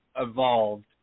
evolved